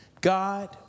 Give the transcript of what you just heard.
God